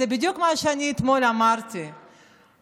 זה בדיוק מה שאני אמרתי אתמול.